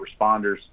responders